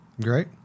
Great